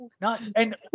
not—and